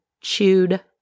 chewed